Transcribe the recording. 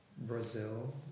Brazil